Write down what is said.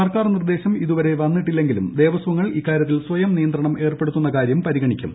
സർക്കാർ നിർദ്ദേശം ഇതുവരെ വന്നിട്ടില്ലെങ്കിലും ദേവസ്വങ്ങൾ ഇക്കാരൃത്തിൽ സ്വയം നിയന്ത്രണം ഏർപ്പെടുത്തുന്ന കാരൃം പരിഗണിക്കും